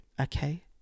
okay